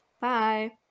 Bye